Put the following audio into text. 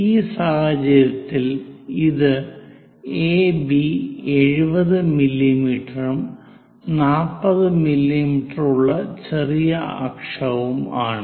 ഈ സാഹചര്യത്തിൽ ഇത് എബി 70 മില്ലീമീറ്ററും 40 മില്ലീമീറ്ററുള്ള ചെറിയ അക്ഷവുമാണ്